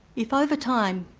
if over time,